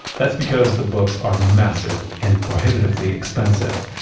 that's because the books are massive and prohibitively expensive.